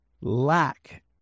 lack